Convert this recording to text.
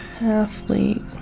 Athlete